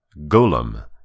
Golem